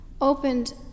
opened